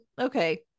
okay